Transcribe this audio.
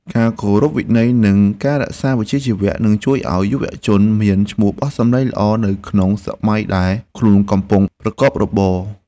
ការគោរពវិន័យនិងការរក្សាវិជ្ជាជីវៈនឹងជួយឱ្យយុវជនមានឈ្មោះបោះសម្លេងល្អនៅក្នុងវិស័យដែលខ្លួនកំពុងប្រកបរបរ។